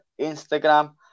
Instagram